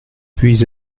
puis